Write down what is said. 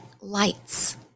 lights